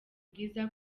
bwiza